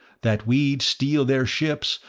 that we'd steal their ships,